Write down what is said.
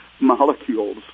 molecules